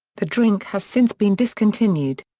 the drink has since been discontinued.